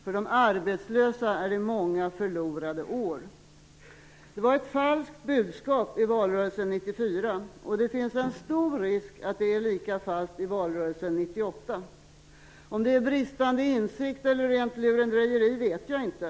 För de arbetslösa är det många förlorade år. Det var ett falskt budskap i valrörelsen 1994, och det finns en stor risk för att det blir lika falskt i valrörelsen 1998. Om det är fråga om bristande insikt eller rent lurendrejeri vet jag inte.